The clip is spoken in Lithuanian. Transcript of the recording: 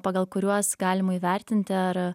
pagal kuriuos galima įvertinti ar